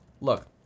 look